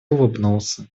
улыбнулся